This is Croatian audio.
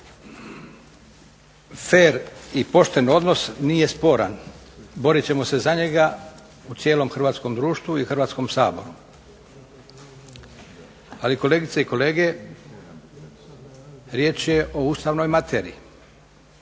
Fer i pošten odnos nije sporan, borit ćemo se za njega u cijelom hrvatskom društvu i u Hrvatskom saboru. ali kolegice i kolege riječ je o ustavnoj materiji,